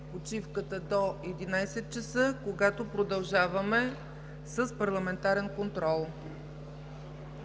до 11,00 ч., когато продължаваме с парламентарен контрол.